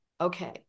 okay